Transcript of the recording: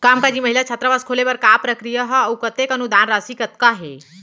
कामकाजी महिला छात्रावास खोले बर का प्रक्रिया ह अऊ कतेक अनुदान राशि कतका हे?